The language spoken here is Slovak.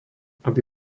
aby